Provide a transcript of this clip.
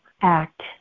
act